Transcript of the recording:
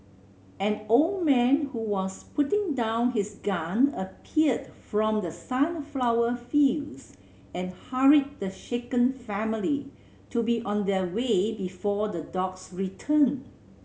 an old man who was putting down his gun appeared from the sunflower fields and hurried the shaken family to be on their way before the dogs return